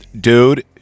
Dude